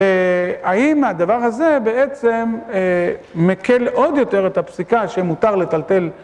האם הדבר הזה בעצם מקל עוד יותר את הפסיקה שמותר לטלטל?